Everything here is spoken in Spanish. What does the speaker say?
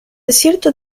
cierto